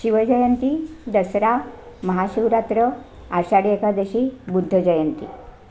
Shivjayanti Dussehra Mahashivratri Ashadhi Ekadashi Buddha Jayanti